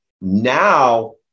Now